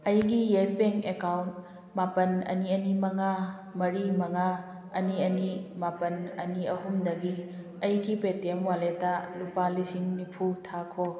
ꯑꯩꯒꯤ Yes Bank account ꯃꯥꯄꯜ ꯑꯅꯤ ꯑꯅꯤ ꯃꯉꯥ ꯃꯔꯤ ꯃꯉꯥ ꯑꯅꯤ ꯑꯅꯤ ꯃꯥꯄꯜ ꯑꯅꯤ ꯑꯍꯨꯝꯗꯒꯤ ꯑꯩꯒꯤ ꯄꯦꯇꯤꯑꯦꯝ ꯋꯥꯂꯦꯠꯇ ꯂꯨꯄꯥ ꯂꯤꯁꯤꯡ ꯅꯤꯐꯨ ꯊꯥꯈꯣ